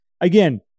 again